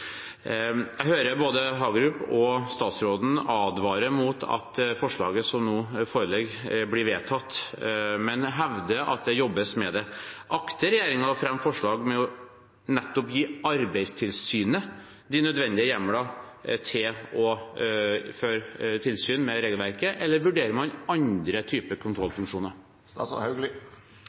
Jeg hører både Hagerup og statsråden advare mot at forslaget som nå foreligger, blir vedtatt, men hevder at det jobbes med det. Akter regjeringen å fremme forslag om nettopp å gi Arbeidstilsynet de nødvendige hjemler til å føre tilsyn med regelverket, eller vurderer man andre typer kontrollfunksjoner?